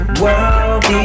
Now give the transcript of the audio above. world